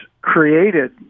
created